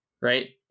right